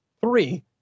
three